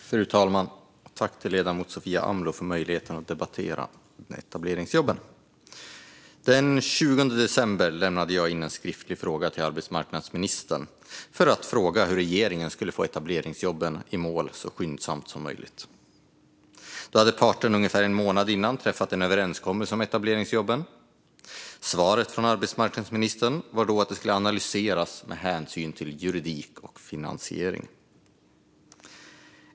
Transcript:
Fru talman! Tack, ledamoten Sofia Amloh, för möjligheten att debattera etableringsjobben! Den 20 december lämnade jag in en skriftlig fråga till arbetsmarknadsministern om hur regeringen skulle få etableringsjobben i mål så skyndsamt som möjligt. Då hade parterna ungefär en månad tidigare träffat en överenskommelse om etableringsjobben. Svaret från arbetsmarknadsministern då var att det skulle analyseras med hänsyn till juridik och finansiering.